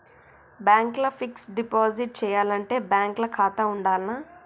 Bank ల fixed deposit చేయాలంటే bank ల ఖాతా ఉండాల్నా?